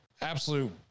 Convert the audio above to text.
absolute